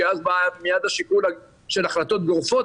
כי אז בא מיד השיקול של החלטות גורפות,